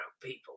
people